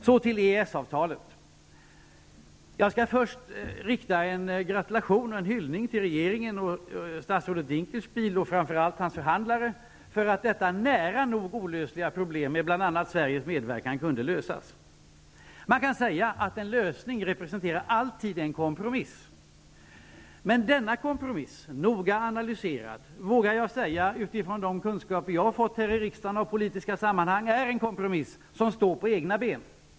Så till EES-avtalet. Jag skall först rikta en gratulation, en hyllning till regeringen och statsrådet Dinkelspiel och framför allt hans förhandlare för att detta nära nog olösliga problem kunde lösas, med bl.a. Sveriges medverkan. Man kan säga att en lösning alltid representerar en kompromiss. Men denna kompromiss, noga analyserad, vågar jag säga, utifrån de kunskaper jag har fått här i riksdagen av politiska sammanhang, är en kompromiss som står på egna ben.